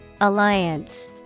alliance